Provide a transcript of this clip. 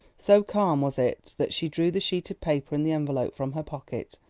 so calm was it that she drew the sheet of paper and the envelope from her pocket,